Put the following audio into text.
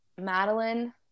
Madeline